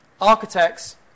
Architects